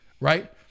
right